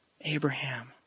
Abraham